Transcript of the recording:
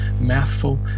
mouthful